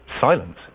silence